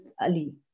Ali